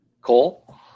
Cole